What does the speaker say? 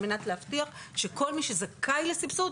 על מנת להבטיח שכל מי שזכאי לסבסוד,